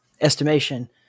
estimation